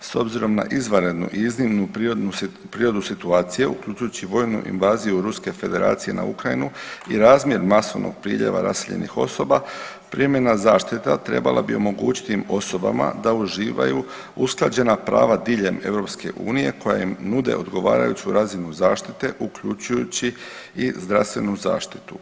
S obzirom na izvanrednu i iznimnu prirodnu, prirodu situacije uključujući i vojnu invaziju Ruske Federacije na Ukrajinu i razmjer masovnog priljeva raseljenih osoba privremena zaštita trebala bi omogućiti tim osobama da uživaju usklađena prava diljem EU koja im nude odgovarajuću razinu zaštite uključujući i zdravstvenu zaštitu.